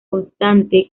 constante